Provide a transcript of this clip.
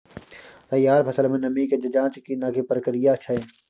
तैयार फसल में नमी के ज जॉंच के की प्रक्रिया छै?